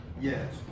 Yes